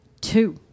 two